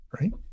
right